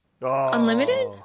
Unlimited